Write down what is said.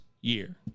year